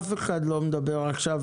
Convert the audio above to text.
אף אחד לא מדבר עכשיו.